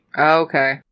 Okay